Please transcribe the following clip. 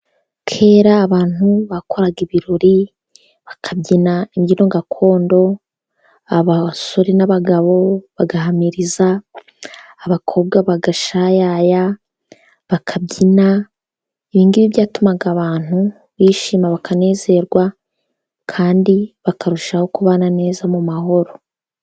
Kera abantu bakoraga ibirori bakabyina imbyino gakondo, abasore n'abagabo bagahamiriza, abakobwa bagashayaya bakabyina ibingibi byatumaga abantu bishima bakanezerwa kandi bakarushaho kubana neza mu mahoro.